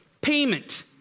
payment